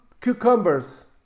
cucumbers